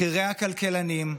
בכירי הכלכלנים,